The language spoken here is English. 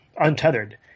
untethered